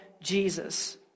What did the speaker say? Jesus